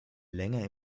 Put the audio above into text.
länger